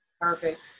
Perfect